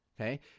Okay